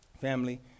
Family